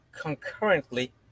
Concurrently